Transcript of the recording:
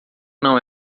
não